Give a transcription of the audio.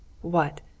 What